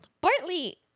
bartley